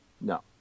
No